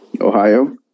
Ohio